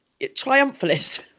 triumphalist